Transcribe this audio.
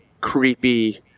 creepy